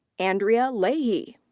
andrea leahy.